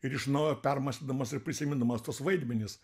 ir iš naujo permąstydamas ir prisimindamas tuos vaidmenis